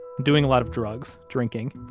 doing a lot of drugs, drinking.